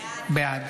בעד